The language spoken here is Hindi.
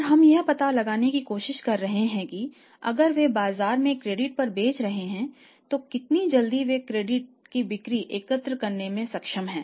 और हम यह पता लगाने की कोशिश कर रहे हैं कि अगर वे बाजार में क्रेडिट पर बेच रहे हैं तो कितनी जल्दी वे क्रेडिट की बिक्री एकत्र करने में सक्षम हैं